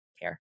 care